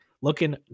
looking